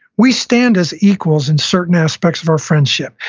we stand as equals in certain aspects of our friendship.